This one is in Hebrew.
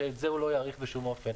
שאת זה הוא לא יאריך בשום אופן.